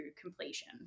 completion